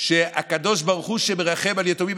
הקדוש ברוך הוא שמרחם על יתומים.